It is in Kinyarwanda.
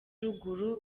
ruguru